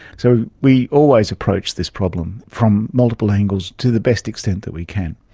so we always approach this problem from multiple angles to the best extent that we can.